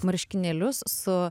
marškinėlius su